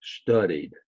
studied